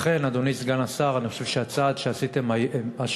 לכן, אדוני סגן השר, אני חושב שהצעד שעשיתם השבוע,